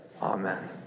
Amen